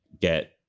get